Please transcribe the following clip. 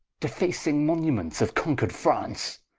defacing monuments of conquer'd france,